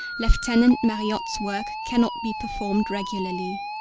lieutenant marriotte's work cannot be performed regularly.